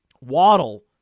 Waddle